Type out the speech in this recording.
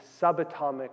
subatomic